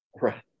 Right